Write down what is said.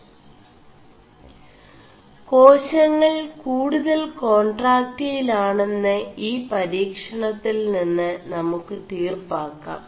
േകാശÆൾ കൂടുതൽ േകാൺ4ടാക്ൽ ആെണM് ഈ പരീ ണøിൽ നിM് നമു ് തീർçാ ാം